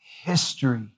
history